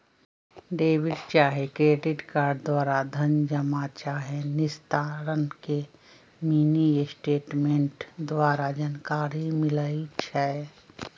debit चाहे credit card द्वारा धन जमा चाहे निस्तारण के मिनीस्टेटमेंट द्वारा जानकारी मिलइ छै